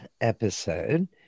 episode